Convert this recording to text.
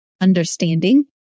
understanding